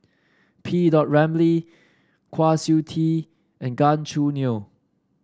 P dot Ramlee Kwa Siew Tee and Gan Choo Neo